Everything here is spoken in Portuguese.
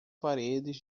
paredes